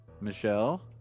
michelle